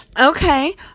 okay